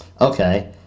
Okay